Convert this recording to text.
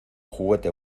juguete